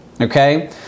okay